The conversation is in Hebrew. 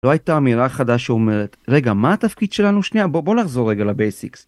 לא הייתה אמירה חדה שאומרת רגע, מה התפקיד שלנו שנייה? בוא בוא לחזור רגע לבייסיקס